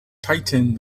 tightened